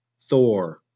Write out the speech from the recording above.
Thor